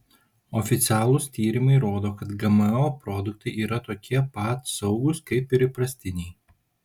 oficialūs tyrimai rodo kad gmo produktai yra tokie pat saugūs kaip ir įprastiniai